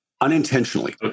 unintentionally